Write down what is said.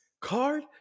card